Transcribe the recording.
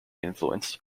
influenced